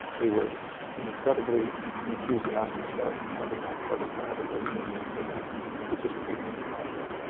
they were incredibly enthusiastic about having that part of biodiversity named for them and participating in the project.